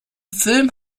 film